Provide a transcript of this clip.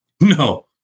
No